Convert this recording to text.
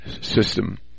system